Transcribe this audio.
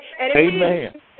Amen